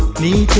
me.